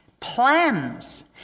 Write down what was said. plans